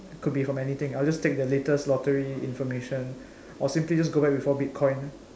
could be from anything I'll just take the latest lottery information or simply just go back before bitcoin